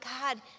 God